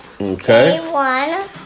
Okay